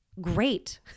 great